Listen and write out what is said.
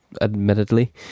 admittedly